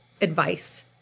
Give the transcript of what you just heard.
advice